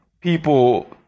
people